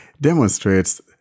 demonstrates